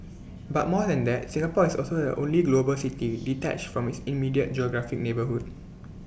but more than that Singapore is also the only global city detached from its immediate geographic neighbourhood